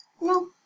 No